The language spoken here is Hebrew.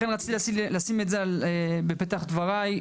לכן רציתי לשים את זה בפתח דבריי,